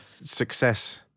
success